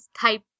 type